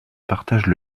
partagent